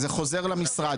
זה חוזר למשרד,